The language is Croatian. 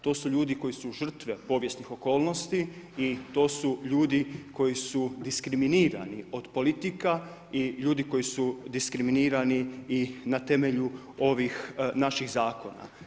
To su ljudi koji su žrtve povijesnih okolnosti i to su ljudi koji su diskriminirani od politika i ljudi koji su diskriminirani i na temelju ovih naših zakona.